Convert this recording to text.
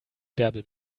bärbel